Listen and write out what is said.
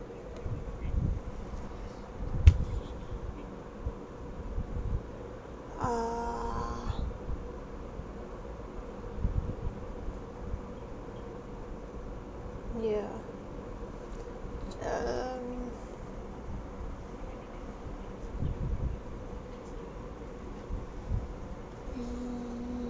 err mm yeah um hmm ya